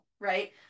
right